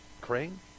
Crane